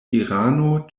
irano